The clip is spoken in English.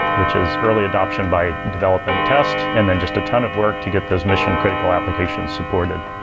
which is early adoption by development test and then just a ton of work to get those mission critical application supported.